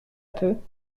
peu